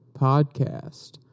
Podcast